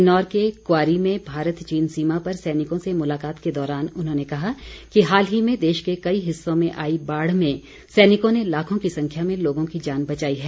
किन्नौर के क्वारी में भारत चीन सीमा पर सैनिकों से मुलाकात के दौरान उन्होंने कहा कि हाल ही में देश के कई हिस्सों में आई बाढ़ में सैनिकों ने लाखों की संख्या में लोगों की जान बचाई है